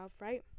right